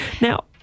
Now